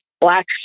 black